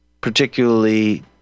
particularly